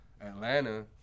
Atlanta